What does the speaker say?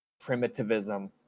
primitivism